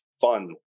fun